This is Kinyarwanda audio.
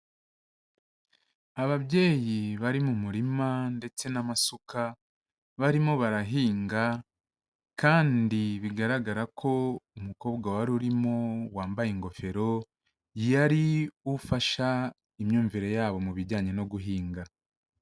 Ababyeyi bari mu murima ndetse n'amasuka barimo barahinga, kandi bigaragara ko umukobwa wari urimo wambaye ingofero, yari ufasha imyumvire yabo mu bijyanye no guhinga.